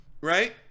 Right